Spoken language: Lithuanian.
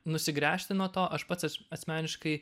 nusigręžti nuo to aš pats asm asmeniškai